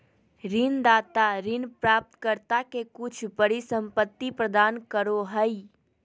ऋणदाता ऋण प्राप्तकर्ता के कुछ परिसंपत्ति प्रदान करो हइ